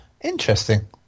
interesting